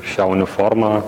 šią uniformą